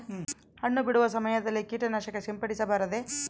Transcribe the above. ಹಣ್ಣು ಬಿಡುವ ಸಮಯದಲ್ಲಿ ಕೇಟನಾಶಕ ಸಿಂಪಡಿಸಬಾರದೆ?